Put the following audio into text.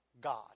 God